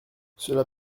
cela